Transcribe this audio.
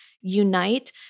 unite